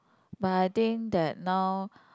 but I think that now